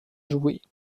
joués